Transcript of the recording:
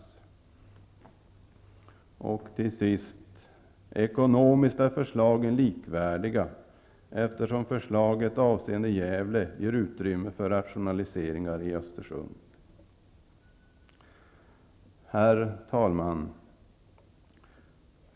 - Ekonomiskt är förslagen likvärdiga eftersom förslaget avseende Gävle ger utrymme för rationaliseringar i Östersund.'' Herr talman!